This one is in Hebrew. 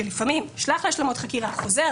שבמהלכו הוא לפעמים נשלח להשלמות חקירה וחוזר,